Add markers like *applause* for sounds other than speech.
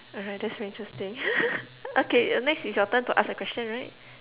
alright that's Rachel's thing *laughs* okay uh next is your turn to ask a question right